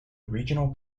regional